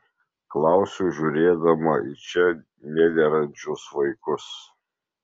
klausiu žiūrėdama į čia nederančius vaikus